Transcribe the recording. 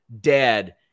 dead